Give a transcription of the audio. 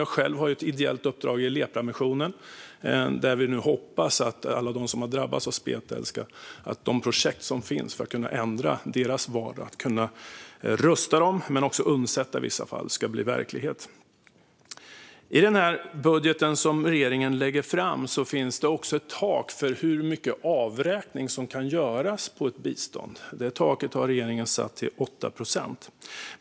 Jag har själv ett ideellt uppdrag i Lepramissionen. Vi hoppas nu att alla de projekt som finns för dem som har drabbats av spetälska - för att kunna ändra deras vardag, rusta dem och i vissa fall undsätta dem - ska bli verklighet. I den budget som regeringen lägger fram finns det också ett tak för hur mycket avräkning som kan göras på ett bistånd. Det taket har regeringen satt till 8 procent.